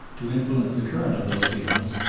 to influence the current of those feelings,